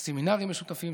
סמינרים משותפים,